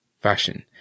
fashion